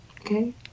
Okay